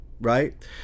right